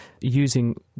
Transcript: using